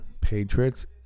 Patriots